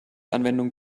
anwendung